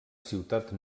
ciutat